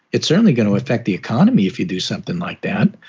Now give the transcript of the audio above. it's certainly going to affect the economy if you do something like that,